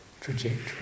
trajectory